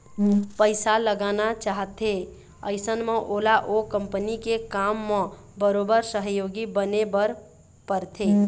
पइसा लगाना चाहथे अइसन म ओला ओ कंपनी के काम म बरोबर सहयोगी बने बर परथे